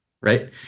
right